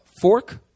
fork